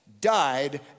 died